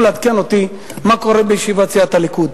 לעדכן אותי מה קורה בישיבת סיעת הליכוד.